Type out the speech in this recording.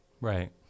right